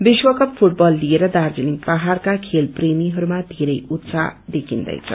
विश्व cup football लिएर दार्जीलिङ पहाइका खेलप्रेमीहरूमा धेरै उत्साह देखिन्दैछ